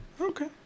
Okay